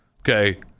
Okay